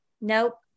Nope